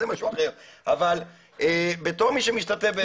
כמי שמשתתף,